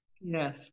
yes